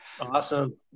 Awesome